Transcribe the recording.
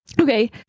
okay